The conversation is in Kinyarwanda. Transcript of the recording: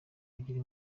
ebyiri